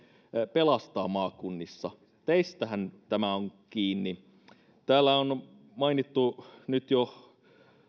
pelastaa maakunnissa teistähän tämä on kiinni täällä on mainittu nyt jo